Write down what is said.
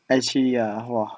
actually ah !wah!